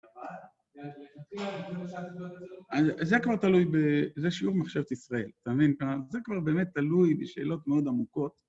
זה כבר תלוי ב.. זה שיעור מחשבת ישראל, אתה מבין? זה כבר באמת תלוי בשאלות מאוד עמוקות